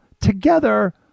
together